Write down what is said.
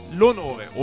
l'onore